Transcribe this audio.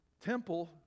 temple